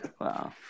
Wow